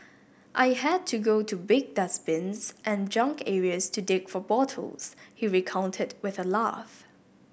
I had to go to big dustbins and junk areas to dig for bottles he recounted with a laugh